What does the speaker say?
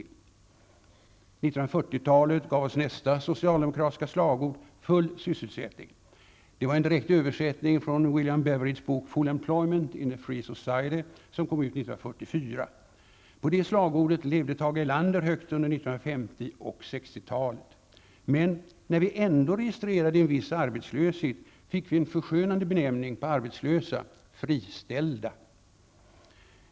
1940-talet gav oss nästa socialdemokratiska slagord: Full sysselsättning. Det var en direkt översättning från William Beveridges bok Full employment in a free society, som kom ut 1944. På det slagordet levde Tage Erlander högt under 1950 och 1960-talet. Men när vi ändå registrerade en viss arbetslöshet, fick vi en förskönande benämning på arbetslösa: Friställda!